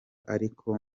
ariko